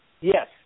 Yes